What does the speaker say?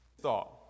Thought